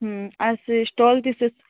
ଆର୍ ସେ ଷ୍ଟଲ୍ ଥି ସେ